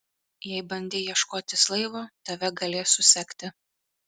jei bandei ieškotis laivo tave galės susekti